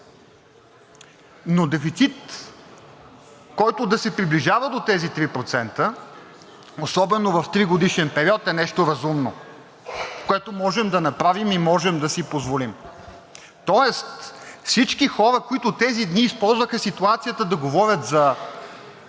но дефицит, който да се приближава до тези 3%, особено в тригодишен период, е нещо разумно, което можем да направим и можем да си позволим. Тоест всички хора, които тези дни използваха ситуацията да говорят за